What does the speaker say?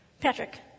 Patrick